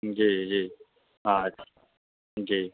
जी जी अच्छा जी